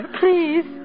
please